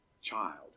child